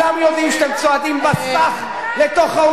זה לא נכון,